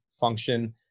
function